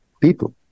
people